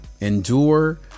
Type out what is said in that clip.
Endure